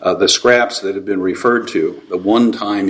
the scraps that have been referred to a one time